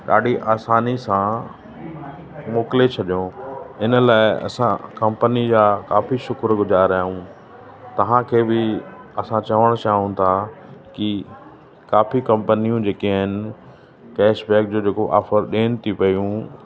ॾाढी आसानी सां मोकिले छॾियऊं इन लाइ असां कंपनी जा काफ़ी शुक्रगुजार आहियूं तव्हांखे बि असां चवण चाहिहूं था की काफ़ी कंपनियूं जेके आहिनि कैशबैक जो जेको ऑफ़र ॾियन थी पयूं